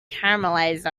caramelized